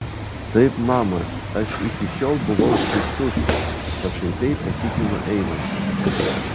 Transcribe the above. taip mama aš iki šiol buvau skaistus pašaipiai patikino eimantas